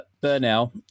Burnell